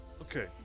Okay